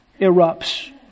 erupts